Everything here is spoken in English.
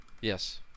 Yes